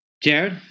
Jared